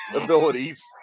abilities